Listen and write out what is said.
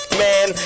man